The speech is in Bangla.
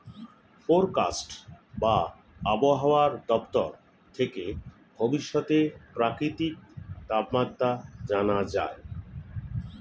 ফোরকাস্ট বা আবহাওয়া দপ্তর থেকে ভবিষ্যতের প্রাকৃতিক তাপমাত্রা জানা যায়